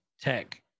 Tech